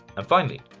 and finally,